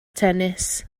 tennis